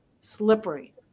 slippery